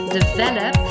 develop